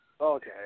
Okay